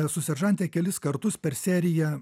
su seržante kelis kartus per seriją